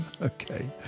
Okay